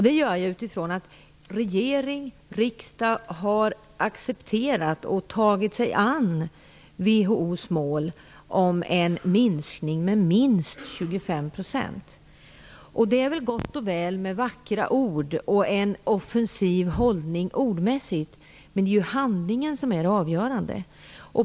Detta utifrån att regering och riksdag har accepterat och tagit sig an WHO:s mål om en minskning med minst 25 %. Det är väl gott och väl med vackra ord och med en ordmässigt offensiv hållning, men det är ju handlingen som är det avgörande.